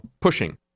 pushing